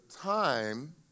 time